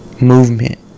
movement